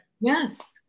Yes